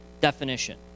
definition